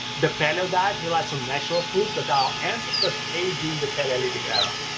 the paleo diet relies on natural foods that our ancestors ate during the paleolithic era.